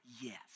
yes